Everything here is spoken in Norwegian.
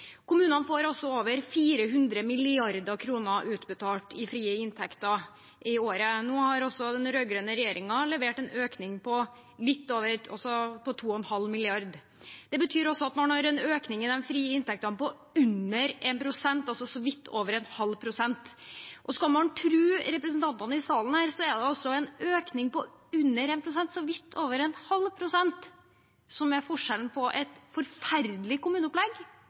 Kommunene får over 400 mrd. kr utbetalt i frie inntekter i året. Nå har den rød-grønne regjeringen levert en økning på 2,5 mrd. kr. Det betyr at man har en økning i de frie inntektene på under 1 pst., så vidt over 0,5 pst. Skal man tro representantene her i salen, er det en økning på under 1 pst., eller så vidt over 0,5 pst., som er forskjellen på et forferdelig kommuneopplegg